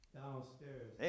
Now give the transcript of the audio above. downstairs